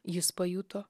jis pajuto